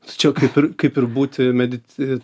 tai čia kaip ir kaip ir būti medic